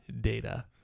data